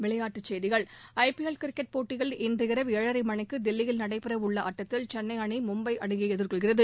விளையாட்டுச் செய்திகள் I P L cricket போட்டியில் இன்றிரவு ஏழரை மணிக்கு தில்லியில் நடைபெற உள்ள ஆட்டத்தில் சென்னை அணி மும்பை அணியை எதிர்கொள்கிறது